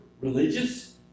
religious